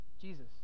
jesus